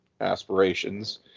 aspirations